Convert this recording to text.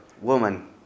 Woman